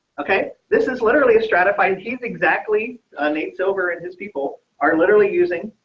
okay. this is literally a stratified he's exactly nate silver and his people are literally using